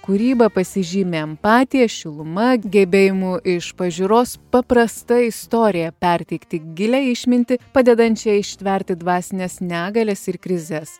kūryba pasižymi empatija šiluma gebėjimu iš pažiūros paprasta istorija perteikti gilią išmintį padedančią ištverti dvasines negalias ir krizes